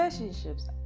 Relationships